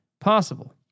possible